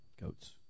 Goats